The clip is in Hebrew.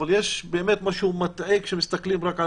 יש כאן באמת משהו מטעה כשמסתכלים רק על